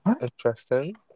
Interesting